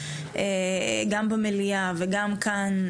גם במליאה וגם כאן,